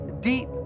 deep